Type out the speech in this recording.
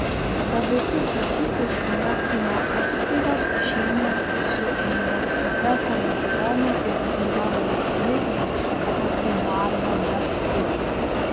o visi kiti iš mokymo įstaigos išeina su universiteto diplomu ir yra laisvi ieškoti darbo bet kur